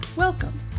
Welcome